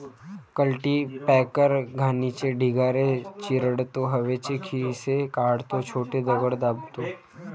cultipacker घाणीचे ढिगारे चिरडतो, हवेचे खिसे काढतो, छोटे दगड दाबतो